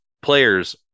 players